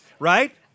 right